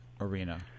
arena